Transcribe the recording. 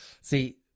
see